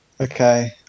Okay